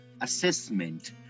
assessment